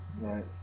Right